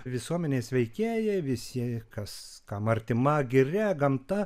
visuomenės veikėjai visi kas kam artima giria gamta